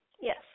Yes